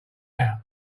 out